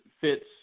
fits